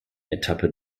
etappe